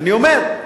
אני אומר.